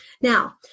Now